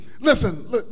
listen